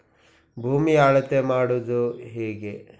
ಭೂಮಿಯ ಅಳತೆ ಮಾಡುವುದು ಹೇಗೆ?